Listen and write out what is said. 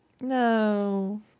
no